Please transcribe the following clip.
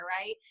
right